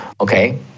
okay